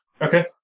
okay